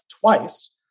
twice